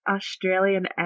Australian